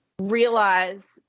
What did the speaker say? realize